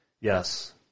Yes